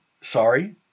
Sorry